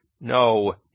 No